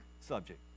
subject